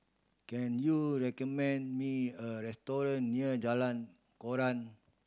can you recommend me a restaurant near Jalan Koran